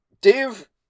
Dave